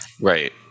right